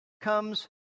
comes